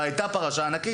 אבל זו היתה פרשה ענקית.